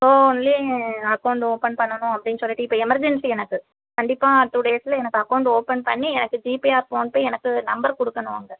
so only account open பண்ணணும் அப்படினு சொல்லிட்டு இப்போ எமெர்ஜென்சி எனக்கு கண்டிப்பாக டூ டேஸில் எனக்கு அக்கௌண்ட் ஓப்பன் பண்ணி எனக்கு ஜிபே ஆர் ஃபோன்பே எனக்கு நம்பர் கொடுக்கணும் அங்கே